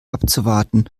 abzuwarten